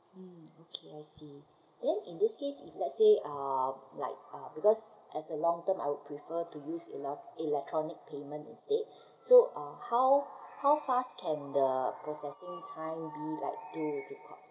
mm okay I see then in this case if let's say um like uh because as a long term I will prefer to use elec~ electronic payment instead so uh how how fast can the processing time be like to to code